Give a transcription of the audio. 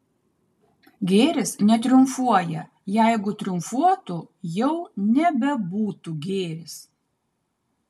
gėris netriumfuoja jeigu triumfuotų jau nebebūtų gėris